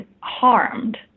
harmed